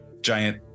giant